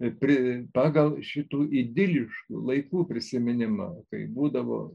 pri pagal šitų idiliškų laikų prisiminimą kai būdavo